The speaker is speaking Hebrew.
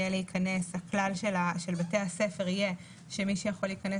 הכלל של בתי הספר יהיה שמי שיכול להיכנס